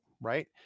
Right